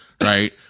right